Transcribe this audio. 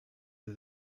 sie